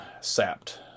sapped